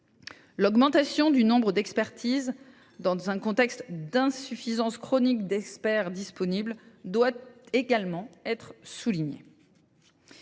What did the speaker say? L’augmentation du nombre d’expertises requises, dans un contexte d’insuffisance chronique d’experts disponibles, doit également être soulignée.